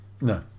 No